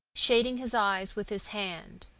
shading his eyes with his hand.